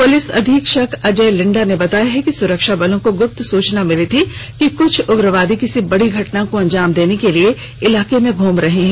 police अधीक्षक अजय लिंडा ने बताया कि सुरक्षाबलों को गुप्त सुचना मिली थी कि कुछ उग्रवादी किसी बड़ी घटना को अंजाम देने के लिए इलार्क में घूम रहे हैं